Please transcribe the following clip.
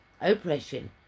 oppression